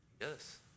Yes